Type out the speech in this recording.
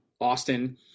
Austin